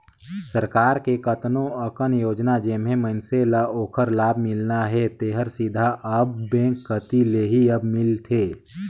सरकार के कतनो अकन योजना जेम्हें मइनसे ल ओखर लाभ मिलना हे तेहर सीधा अब बेंक कति ले ही अब मिलथे